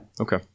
Okay